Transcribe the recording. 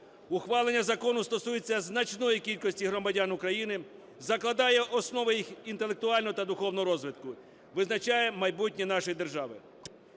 Ухвалення закону стосується значної кількості громадян України, закладає основи їх інтелектуального та духовного розвитку, визначає майбутнє нашої держави.